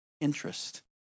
interest